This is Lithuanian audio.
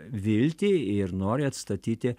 viltį ir nori atstatyti